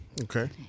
Okay